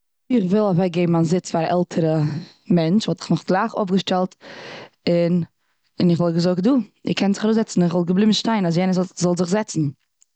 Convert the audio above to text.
איך וויל אוועקגעבן מיין זיץ פאר א עלטערע מענטש. וואלט איך מיך גלייך אויף געשטעלט. און, און איך וואלט געזאגט דא איז קענט זיך אראפזעצן. און איך וואלט געבליבן שטיין אז יענער ז- זאל זיך זעצן.